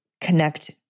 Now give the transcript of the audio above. connect